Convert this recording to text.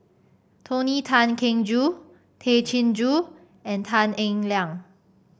Tony Tan Keng Joo Tay Chin Joo and Tan Eng Liang